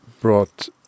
brought